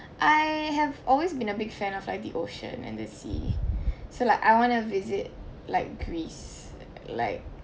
I have always been a big fan of like the ocean and the sea so like I wanna visit like greece like